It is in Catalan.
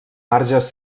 marges